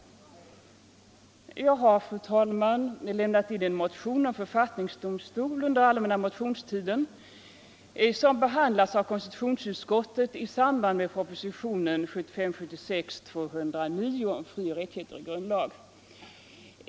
Jag har, fru talman, under den allmänna motionstiden lämnat in en motion om författningsdomstol, och den har behandlats av konstitutionsutskottet i samband med propositionen 1975/76:209 om frioch rättigheter i grundlag.